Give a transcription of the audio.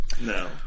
No